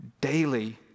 daily